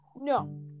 no